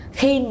Khi